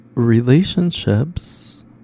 Relationships